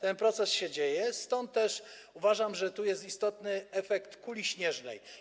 Ten proces się dzieje, stąd też uważam, że tu będzie istotny efekt kuli śnieżnej.